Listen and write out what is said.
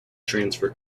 transfer